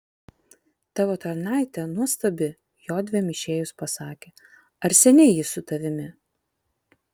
tavo tarnaitė nuostabi jodviem išėjus pasakė ar seniai ji su tavimi